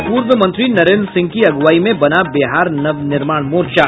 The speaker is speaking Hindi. और पूर्व मंत्री नरेन्द्र सिंह की अग्रवाई में बना बिहार नव निर्माण मोर्चा